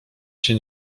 się